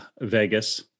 Vegas